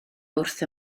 wrth